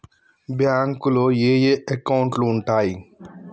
బ్యాంకులో ఏయే అకౌంట్లు ఉంటయ్?